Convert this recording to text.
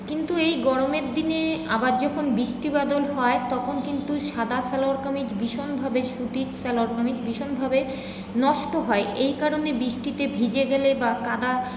কিন্তু এই গরমের দিনে আবার যখন বৃষ্টি বাদল হয় তখন কিন্তু সাদা সালোয়ার কামিজ ভীষণভাবে সুতির সালোয়ার কামিজ ভীষণভাবে নষ্ট হয় এই কারনে বৃষ্টিতে ভিজে গেলে বা কাদা